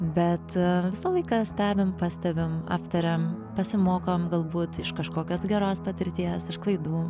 bet visą laiką stebim pastebim aptariam pasimokom galbūt iš kažkokios geros patirties iš klaidų